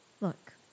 Look